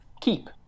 keep